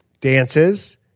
Dances